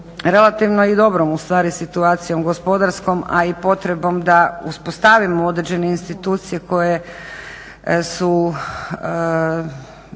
relativno i dobrom ustvari situacijom gospodarskom, a i potrebnom da uspostavimo određene institucije koje su